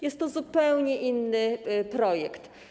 Jest to zupełnie inny projekt.